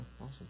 Awesome